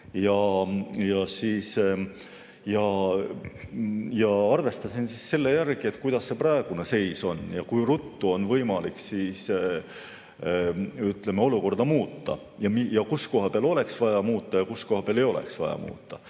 ja siis arvestasin selle järgi, kuidas praegune seis on ja kui ruttu on võimalik, ütleme, olukorda muuta, samuti kus koha peal oleks vaja muuta ja kus koha peal ei oleks vaja muuta.